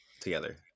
together